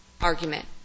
argument